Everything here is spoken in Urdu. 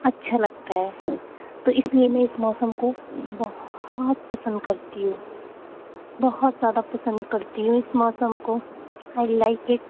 اچھا لگتا ہے تو اس لیے میں اس موسم کو بہت پسند کرتی ہوں بہت زیادہ پسند کرتی ہوں اس موسم کو آئی لائک اٹ